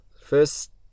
First